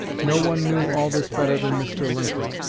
no one knew all this better than mr. lincoln.